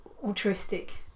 altruistic